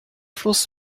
fluss